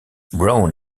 brown